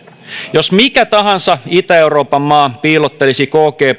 jos mikä tahansa itä euroopan maa piilottelisi kgb